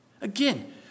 Again